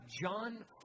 John